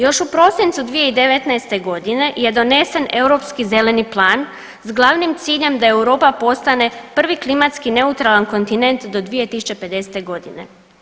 Još u prosincu 2019. godine je donesen europski zeleni plan s glavnim ciljem da Europa postane prvi klimatski neutralan kontinent do 2050. godine.